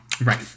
Right